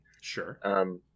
Sure